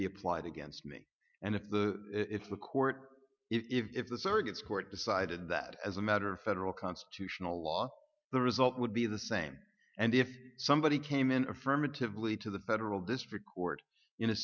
be applied against me and if the if the court if the circuits court decided that as a matter of federal constitutional law the result would be the same and if somebody came in affirmatively to the federal district court in a